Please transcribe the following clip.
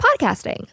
podcasting